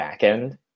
backend